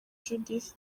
judith